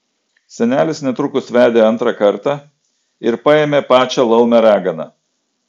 senelis netrukus vedė antrą kartą ir paėmė pačią laumę raganą